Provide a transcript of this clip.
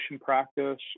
practice